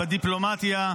בדיפלומטיה,